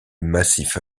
massif